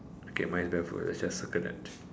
okay mine is barefoot let's just circle that